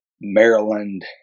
Maryland